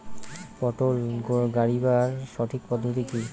পটল গারিবার সঠিক পদ্ধতি কি?